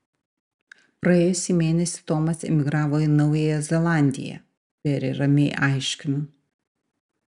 praėjusį mėnesį tomas emigravo į naująją zelandiją peri ramiai aiškinu